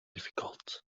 difficult